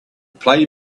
play